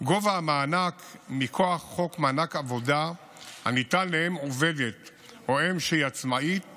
המענק מכוח חוק מענק עבודה הניתן לאם עובדת או אם שהיא עצמאית